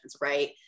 right